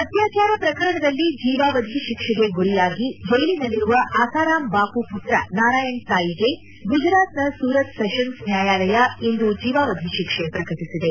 ಅತ್ಲಾಚಾರ ಪ್ರಕರಣದಲ್ಲಿ ಜೀವಾವಧಿ ಶಿಕ್ಷೆಗೆ ಗುರಿಯಾಗಿ ಜ್ಞೆಲಿನಲ್ಲಿರುವ ಅಸಾರಾಂ ಬಾಮ ಮತ್ರ ನಾರಾಯಣ್ ಸಾಯಿಗೆ ಗುಜರಾತ್ನ ಸೂರತ್ ಸೆಷನ್ಸ್ ನ್ನಾಯಾಲಯ ಇಂದು ಜೀವಾವಧಿ ಶಿಕ್ಷೆ ಪ್ರಕಟಿಸಿದೆ